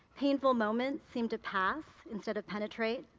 painful moments seemed to pass instead of penetrate.